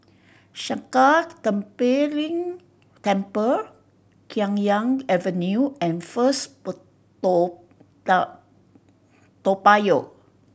Sakya Tenphel Ling Temple Khiang Yuan Avenue and First Toa Toa Payoh